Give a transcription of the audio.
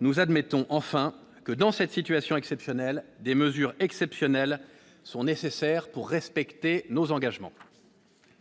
nous admettons enfin que dans cette situation exceptionnelle, des mesures exceptionnelles sont nécessaires pour respecter nos engagements